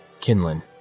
Kinlan